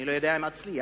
אני לא יודע אם אצליח,